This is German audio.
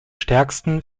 stärksten